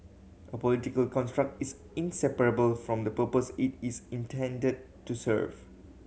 a political construct is inseparable from the purpose it is intended to serve